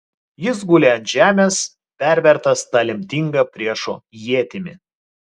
jis guli ant žemės pervertas ta lemtinga priešo ietimi